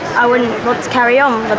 i wouldn't want to carry on